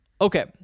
Okay